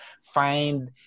find